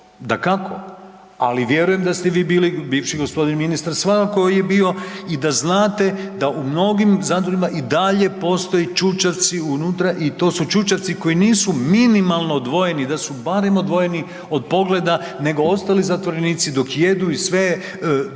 dakako, ali vjerujem da ste vi bili i bivši g. ministar svakako je bio i da znate da u mnogim zatvorima i dalje postoji čučavci unutra i to su čučavci koji nisu minimalno odvojeni, da su barem odvojeni od pogleda, nego ostali zatvorenici dok jedu i sve, doslovno